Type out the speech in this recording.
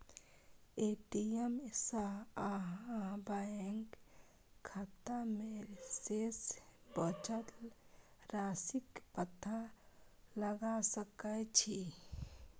ATM सं अहां bank खाता मे शेष बचल राशिक पता लगा सकै छी